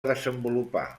desenvolupar